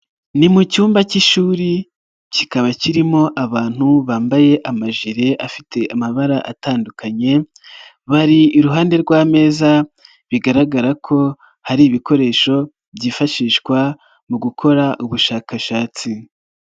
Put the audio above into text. Ni mu cyumba k'ishuri kikaba kirimo abantu bambaye amajiri afite amabara atandukanye, bari iruhande rw'ameza bigaragara ko hari ibikoresho byifashishwa mu gukora ubushakashatsi.